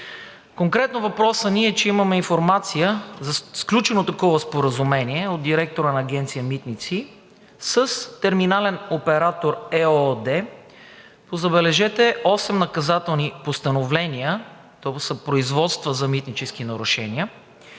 Конкретно въпросът ни е, че имаме информация за сключено такова споразумение от директора на Агенция „Митници“ с „Терминален оператор“ ЕООД по, забележете, осем наказателни постановления, производства за митнически нарушения,